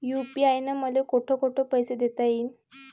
UPI न मले कोठ कोठ पैसे देता येईन?